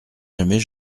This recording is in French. jamais